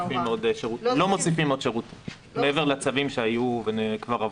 לא מוסיפים עוד שירות מעבר לצווים שהיו וכבר עברו.